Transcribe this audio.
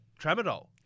Tramadol